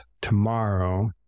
tomorrow